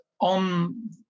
on